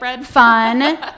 fun